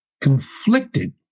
conflicted